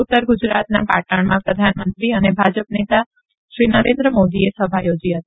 ઉત્તર ગુ રાતના પા ણમાં પ્રધાનમંત્રી ને ભા પ નેતા શ્રી નરેન્દ્ર મોદીએ સભા યોજી હતી